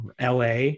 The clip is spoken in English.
LA